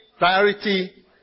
Priority